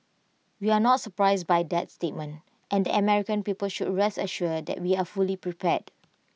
we are not surprised by that statement and American people should rest assured that we are fully prepared